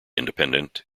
independent